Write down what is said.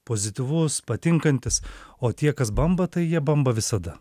pozityvus patinkantis o tie kas bamba tai jie bamba visada